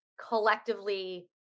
collectively